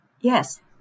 yes